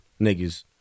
niggas